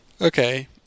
Okay